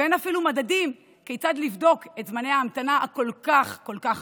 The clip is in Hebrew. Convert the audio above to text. ואין אפילו מדדים כיצד לבדוק את זמני ההמתנה הארוכים כל כך.